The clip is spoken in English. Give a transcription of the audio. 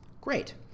Great